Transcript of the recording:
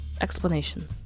Explanation